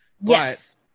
Yes